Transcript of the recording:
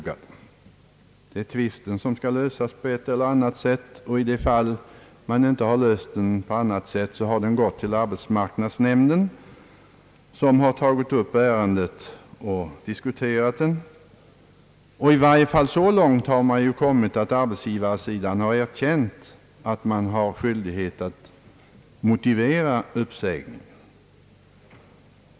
Den uppkomna tvisten skall dock lösas på ett eller annat sätt. Har den inte kunnat lösas, har den gått till arbetsmarknadsnämnden, som tagit upp ärendet och diskuterat det. Man har i varje fall kommit så långt att arbetsgivarsidan har erkänt att den har skyldighet att motivera en uppsägning.